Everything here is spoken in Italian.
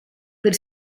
per